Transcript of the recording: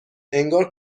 انگار